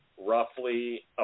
roughly